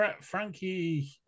Frankie